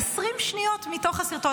20 שניות מתוך הסרטון.